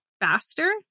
faster